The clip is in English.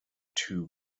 two